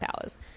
powers